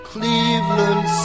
Cleveland